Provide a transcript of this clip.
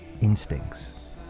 instincts